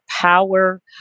power